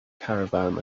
caravan